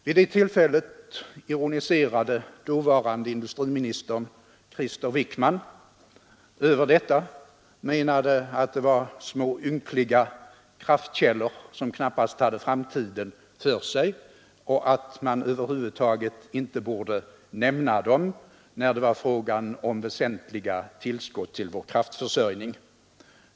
Vid det tillfället ironiserade dåvarande industriministern, Krister Wickman, över detta och menade att det var små ynkliga kraftkällor, som knappast hade framtiden för sig, och att man över huvud taget inte borde nämna dem när det var fråga om väsentliga tillskott till vår kraftförsörjning.